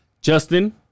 Justin